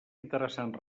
interessant